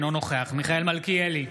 אינו נוכח מיכאל מלכיאלי,